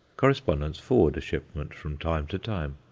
correspondents forward a shipment from time to time.